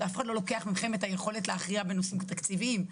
אף אחד לא לוקח מכם את היכולת להכריע בנושאים תקציביים,